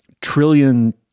trillion